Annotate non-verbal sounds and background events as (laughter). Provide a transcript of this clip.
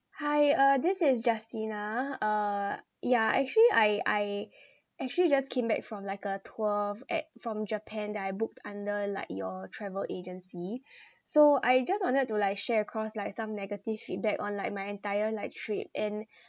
hi uh this is justina uh yeah actually I I actually just came back from like a tour at from japan that I booked under like your travel agency (breath) so I just wanted to like share across like some negative feedback on like my entire like trip and